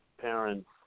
parents